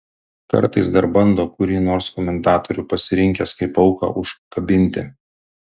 kartais dar bando kurį nors komentatorių pasirinkęs kaip auką užkabinti